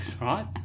right